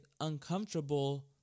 uncomfortable